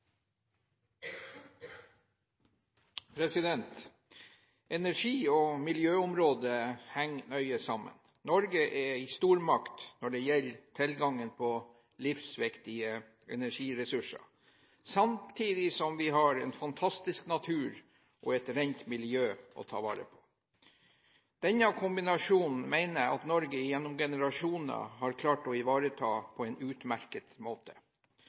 til. Energi- og miljøområdene henger nøye sammen. Norge er en stormakt når det gjelder tilgangen på livsviktige energiressurser, samtidig som vi har en fantastisk natur og et rent miljø å ta vare på. Denne kombinasjonen mener jeg at Norge gjennom generasjoner har klart å ivareta på en utmerket måte.